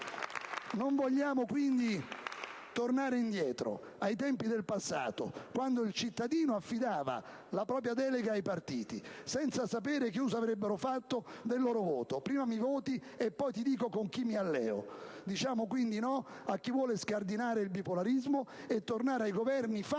Non vogliamo tornare indietro, al passato, quando il cittadino affidava la propria delega ai partiti, senza sapere che uso avrebbero fatto del suo voto: prima mi voti e poi ti dico con chi mi alleo. Diciamo quindi no a chi vuole scardinare il bipolarismo e tornare ai Governi fatti